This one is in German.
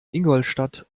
ingolstadt